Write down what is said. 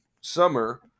summer